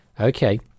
Okay